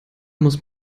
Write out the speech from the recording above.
muss